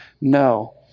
No